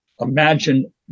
imagine